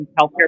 healthcare